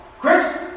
Chris